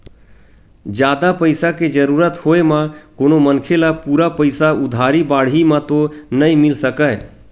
जादा पइसा के जरुरत होय म कोनो मनखे ल पूरा पइसा उधारी बाड़ही म तो नइ मिल सकय